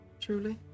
truly